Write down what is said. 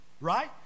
Right